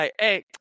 hey